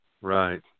Right